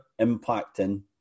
impacting